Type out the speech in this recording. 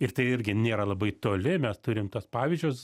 ir tai irgi nėra labai toli mes turim tuos pavyzdžius